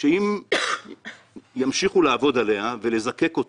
שאם ימשיכו לעבוד עליה ולזקקה,